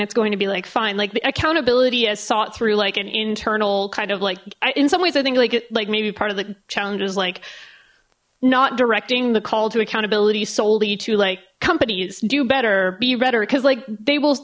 it's going to be like fine like the accountability has sawed through like an internal kind of like in some ways i think like it like maybe part of the challenge is like not directing the call to accountability solely to like companies do better be redder because like they will